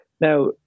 Now